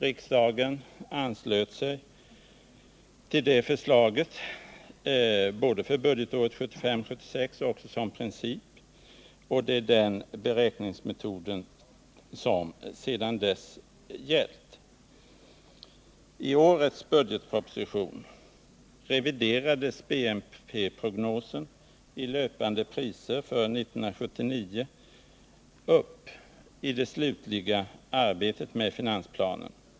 Riksdagen anslöt sig till det förslaget både för budgetåret 1975/76 och som princip, och det är den beräkningsmetoden som sedan dess gällt. I årets budgetproposition reviderades BNP-prognosen i löpande priser för 1979 uppåt i det slutliga arbetet med finansplanen.